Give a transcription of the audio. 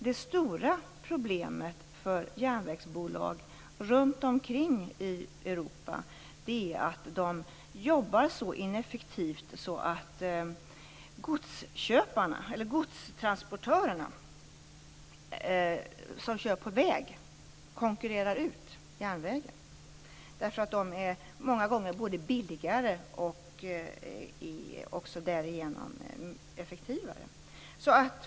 Det stora problemet för järnvägsbolag runt omkring i Europa är att de jobbar så ineffektivt att godstransportörer som kör på väg konkurrerar ut järnvägen. De är många gånger både billigare och därigenom också effektivare.